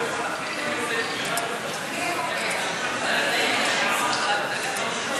אני רוצה להגיד שאני מכיר את הרב גפני